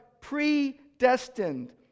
predestined